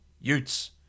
Utes